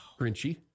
Grinchy